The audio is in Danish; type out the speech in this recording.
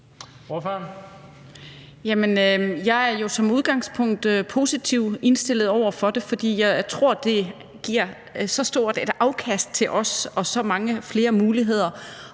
jeg er jo som udgangspunkt positivt indstillet over for det, for jeg tror, at det giver et stort afkast til os og mange flere muligheder.